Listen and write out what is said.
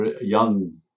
young